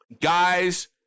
guys